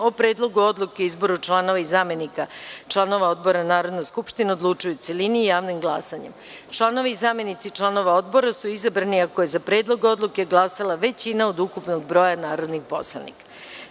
o predlogu odluke o izboru članova i zamenika članova odbora Narodna skupština odlučuje u celini, javnim glasanjem. Članovi i zamenici članova odbora su izabrani ako je za predlog odluke glasala većina od ukupnog broja narodnih poslanika. Stavljam